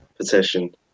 petition